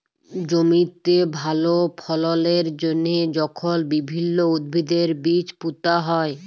জমিতে ভাল ফললের জ্যনহে যখল বিভিল্ল্য উদ্ভিদের বীজ পুঁতা হ্যয়